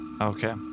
Okay